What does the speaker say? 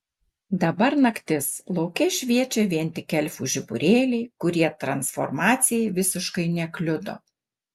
dabar naktis lauke šviečia vien tik elfų žiburėliai kurie transformacijai visiškai nekliudo